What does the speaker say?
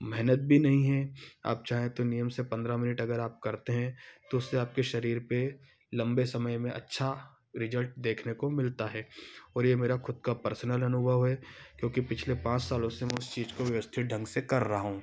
मेहनत भी नहीं है आप चाहें तो नियम से पंद्रह मिनट अगर आप करते हैं तो उससे आपके शरीर पर लम्बे समय में अच्छा रिजल्ट देखने को मिलता है और ये मेरा खुद का पर्सनल अनुभव है क्योंकि पिछले पाँच सालों से मैं उस चीज को व्यवस्थित ढंग से कर रहा हूँ